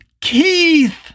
Keith